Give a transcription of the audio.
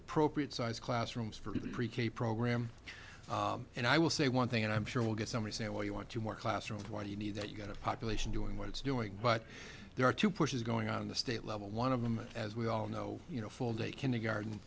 appropriate size classrooms for the pre k program and i will say one thing and i'm sure we'll get some are saying well you want two more classrooms why do you need that you've got a population doing what it's doing but there are two pushes going on the state level one of them as we all know you know full day kindergarten